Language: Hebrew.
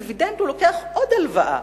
וכדי לשלם על הדיבידנד הוא לוקח עוד הלוואה.